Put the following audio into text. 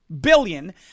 billion